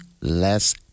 less